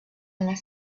and